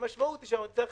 המשמעות היא שנצטרך